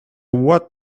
what